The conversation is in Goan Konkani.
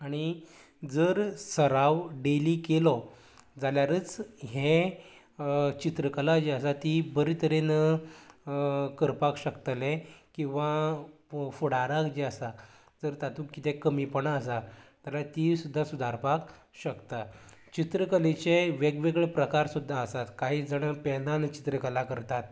आनी जर सराव डेली केलो जाल्यारच हे चित्रकला जी आसा ती बरें तरेन करपाक शकतले किंवां फुडाराक जे आसा जर तातूंत कितें कमीपणां आसात जाल्यार ती सुद्दां सुदारपाक शकतात चित्रकलेची वेगवेगळें प्रकार सुद्दां आसात कांय जाणां पेनांन चित्रकला करतात